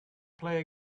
play